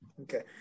Okay